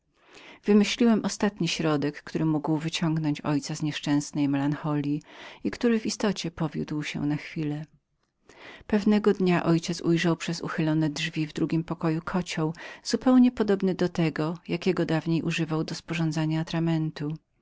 wymyśliłem ostatni środek który mógł wyciągnąć mego ojca z nieszczęśliwego stanu i który w istocie powiódł się na chwilę pewnego dnia don phelipe ujrzał przez otwarte drzwi w drugim pokoju kocioł zupełnie podobny do tego jakiego dawniej używał do przyprawiania atramentu